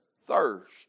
thirst